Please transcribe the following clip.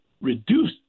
reduce